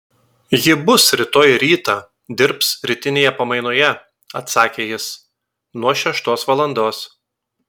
ji bus rytoj rytą dirbs rytinėje pamainoje atsakė jis nuo šeštos valandos